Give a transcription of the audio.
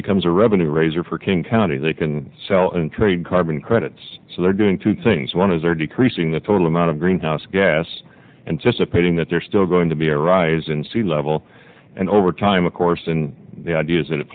becomes a revenue raiser for king county they can sell and trade carbon credits so they're doing two things one is are decreasing the total amount of greenhouse gas and just repeating that they're still going to be a rise in sea level and over time of course and the idea is that